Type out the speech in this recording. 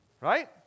Right